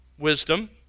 wisdom